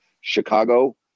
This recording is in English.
Chicago